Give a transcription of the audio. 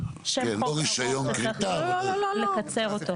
שם חוק שצריך לקצר אותו.